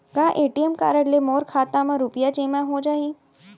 का ATM card ले मोर खाता म रुपिया जेमा हो जाही?